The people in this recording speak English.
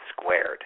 squared